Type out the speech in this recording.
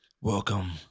Welcome